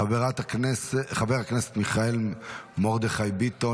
חבר הכנסת מיכאל מרדכי ביטון,